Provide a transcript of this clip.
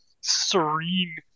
serene